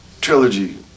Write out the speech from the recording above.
Trilogy